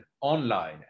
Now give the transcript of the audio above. online